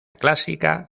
clásica